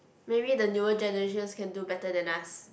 maybe the newer generations can do better than us